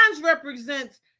represents